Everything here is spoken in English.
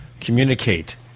communicate